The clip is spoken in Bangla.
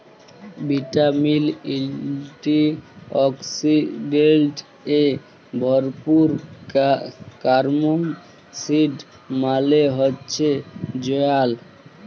ভিটামিল, এন্টিঅক্সিডেন্টস এ ভরপুর ক্যারম সিড মালে হচ্যে জয়াল